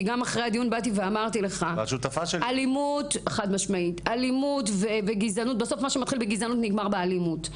כי גם אחרי הדיון באתי ואמרתי לך: בסוף מה שמתחיל בגזענות נגמר באלימות.